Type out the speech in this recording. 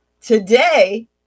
today